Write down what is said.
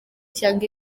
cyangwa